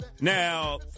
Now